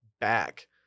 back